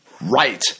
right